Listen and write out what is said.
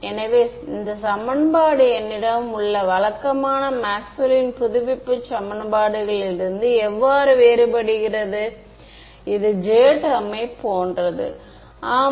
எனவே இந்த வெக்டர் இங்கே இந்த 3 டெர்ம்ஸ் ஒவ்வொன்றும் ஒரு வெக்டர் என்பதை ஒப்புக்கொள்வீர்களா